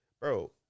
Bro